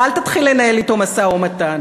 ואל תתחיל לנהל אתו משא-ומתן.